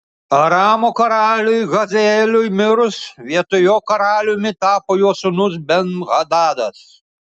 aramo karaliui hazaeliui mirus vietoj jo karaliumi tapo jo sūnus ben hadadas